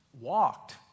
walked